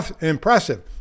Impressive